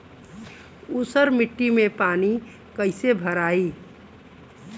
ऊसर मिट्टी में पानी कईसे भराई?